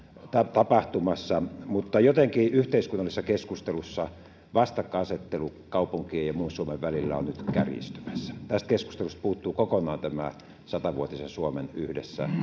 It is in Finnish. tapahtumassa mutta jotenkin yhteiskunnallisessa keskustelussa vastakkainasettelu kaupunkien ja muun suomen välillä on nyt kärjistymässä tästä keskustelusta puuttuu kokonaan tämä sata vuotisen suomen yhdessä